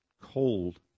cold